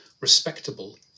respectable